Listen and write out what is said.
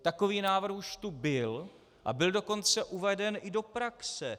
Takový návrh už tu byl, a byl dokonce i uveden do praxe.